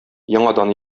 яңадан